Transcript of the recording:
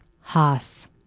Haas